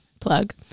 Plug